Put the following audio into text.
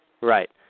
Right